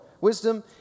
Wisdom